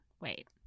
Wait